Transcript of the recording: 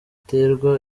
baterwa